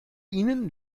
ihnen